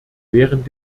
während